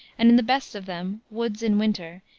and in the best of them, woods in winter,